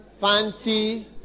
Fanti